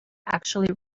actually